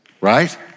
Right